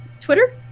Twitter